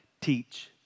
teach